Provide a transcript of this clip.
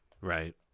right